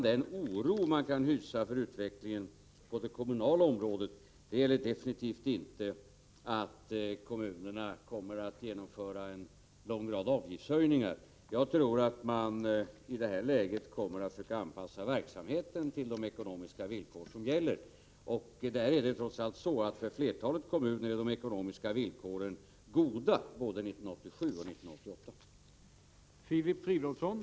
Den oro man kan hysa för utvecklingen på det kommunala området gäller definitivt inte att kommunerna kan komma att genomföra en lång rad avgiftshöjningar. Jag tror att kommunerna i det här läget kommer att försöka anpassa verksamheten till de ekonomiska villkor som gäller. Och det är trots allt så att de ekonomiska villkoren för flertalet kommuner är goda både för 1987 och för 1988.